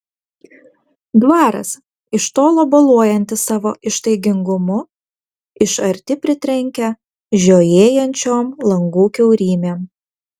dvaras iš tolo boluojantis savo ištaigingumu iš arti pritrenkia žiojėjančiom langų kiaurymėm